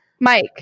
Mike